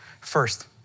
First